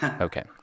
Okay